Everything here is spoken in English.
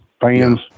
fans